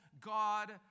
God